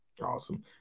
Awesome